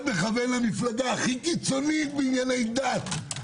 מכוון למפלגה הכי קיצונית בענייני דת.